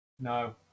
No